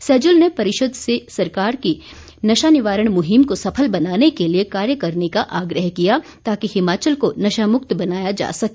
सैजल ने परिषद से सरकार की नशा निवारण मुहिम को सफल बनाने के लिए कार्य करने का आग्रह किया ताकि हिमाचल को नशा मुक्त बनाया जा सके